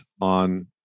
on